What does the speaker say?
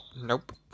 nope